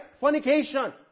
Fornication